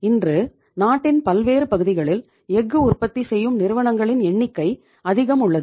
இன்று நாட்டின் பல்வேறு பகுதிகளில் எஃகு உற்பத்தி செய்யும் நிறுவனங்களின் எண்ணிக்கை அதிகம் உள்ளது